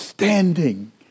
Standing